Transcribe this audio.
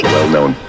Well-known